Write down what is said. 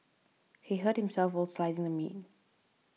he hurt himself while slicing the meat